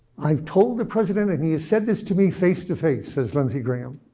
i've told the president, and he has said this to me face-to-face, says lindsey graham,